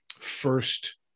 first